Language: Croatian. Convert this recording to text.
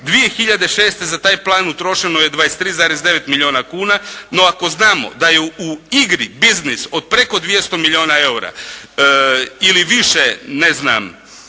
2006. za taj plan utrošeno je 23,9 milijuna kuna, no ako znamo da je u igri biznis od preko 200 milijuna eura ili više ne znam